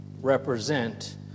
represent